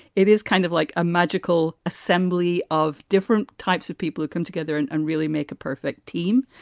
it is kind of like a magical assembly of different types of people who come together and and really make a perfect team.